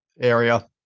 area